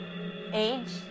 age